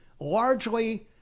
largely